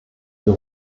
für